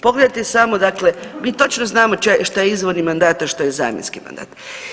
Pogledajte samo dakle mi točno znamo što je izvorni mandat, a što je zamjenski mandat.